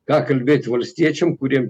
ką kalbėt valstiečiam kuriem